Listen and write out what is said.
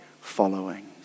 following